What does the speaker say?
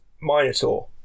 Minotaur